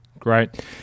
Great